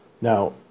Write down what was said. Now